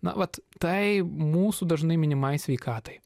na vat tai mūsų dažnai minimai sveikatai